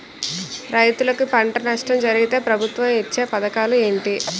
రైతులుకి పంట నష్టం జరిగితే ప్రభుత్వం ఇచ్చా పథకాలు ఏంటి?